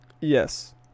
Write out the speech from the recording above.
Yes